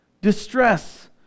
distress